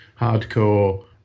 hardcore